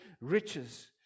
riches